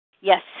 Yes